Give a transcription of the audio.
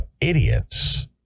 idiots